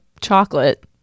chocolate